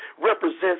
represents